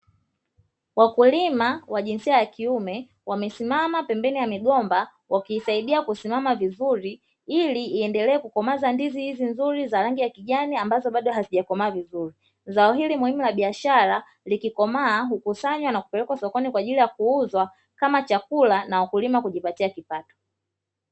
Wakulima wa jinsia ya kiume wamesimama pembeni ya migomba, wakiisaidia kusimama vizuri ili iendelee kukomaza ndizi hizi nzuri za rangi ya kijani ambazo bado hazijakomaa vizuri. Zao hili muhimu la biashara likikomaa hukusanywa na kupelekwa sokoni kwa ajili ya kuuzwa kama chakula na wakulima kujipatia kipato.